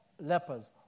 lepers